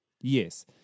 Yes